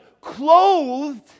clothed